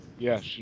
Yes